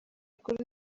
kuri